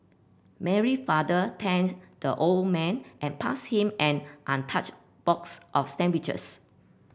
Mary father thanked the old man and passed him an untouched box of sandwiches